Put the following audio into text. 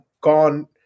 gone